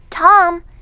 Tom